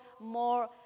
more